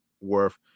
worth